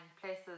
places